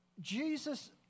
Jesus